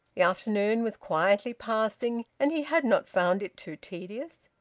the afternoon was quietly passing, and he had not found it too tedious.